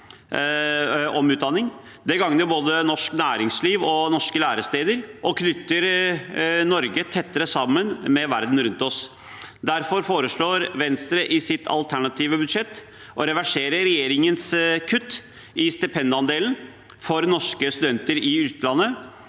Det gagner både norsk næringsliv og norske læresteder og knytter Norge tettere sammen med verden rundt oss. Derfor foreslår Venstre i sitt alternative budsjett å reversere regjeringens kutt i stipendandelen for norske studenter i utlandet